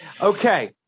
Okay